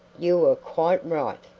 you were quite right.